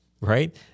Right